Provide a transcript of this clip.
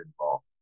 involved